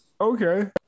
okay